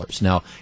Now